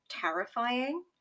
terrifying